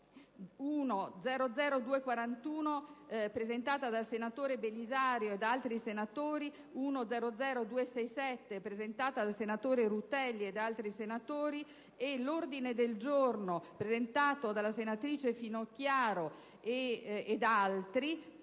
nn. 241, presentata dal senatore Belisario e da altri senatori, e 267, presentata dal senatore Rutelli e da altri senatori, e sull'ordine del giorno G1 presentato dalla senatrice Finocchiaro e da altri